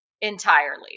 entirely